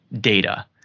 data